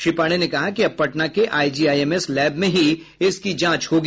श्री पांडेय ने कहा कि अब पटना के आईजीआईएमएस लैब में ही इसकी जांच होगी